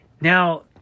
now